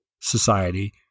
society